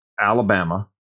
Alabama